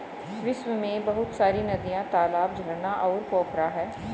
विश्व में बहुत सारी नदियां, तालाब, झरना और पोखरा है